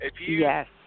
Yes